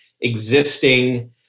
existing